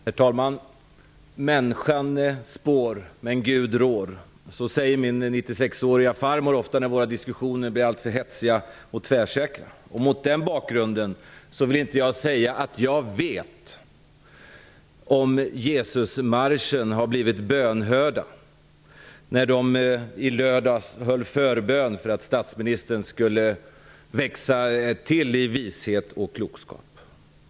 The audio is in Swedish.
Herr talman! ''Människan spår men Gud rår.'' Så säger min 96-åriga farmor ofta när våra diskussioner ibland blir för hetsiga och tvärsäkra. Mot den bakgrunden vill jag inte säga att jag vet om Jesusmarschen, som i lördags höll förbön för att statsministern skulle växa till i vishet och klokskap, har blivit bönhörd.